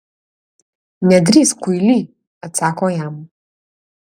nedrįsk kuily atsako jam